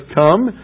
come